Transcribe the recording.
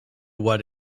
what